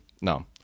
No